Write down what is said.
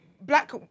black